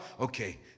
Okay